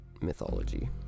mythology